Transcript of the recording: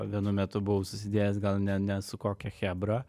vienu metu buvau susidėjęs gal ne ne su kokia chebra